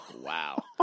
Wow